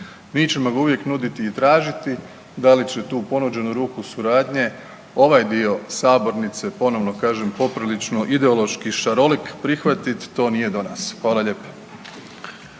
Mi ćemo ga uvijek nuditi i tražiti. Da li će tu ponuđenu ruku suradnje ovaj dio sabornice, ponovno kažem poprilično ideološki šarolik, prihvatiti to nije do nas. Hvala lijepa.